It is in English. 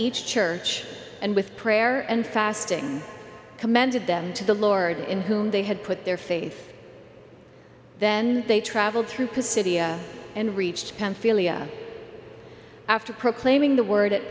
each church and with prayer and fasting commended them to the lord in whom they had put their faith then they traveled through because city and reached after proclaiming the word it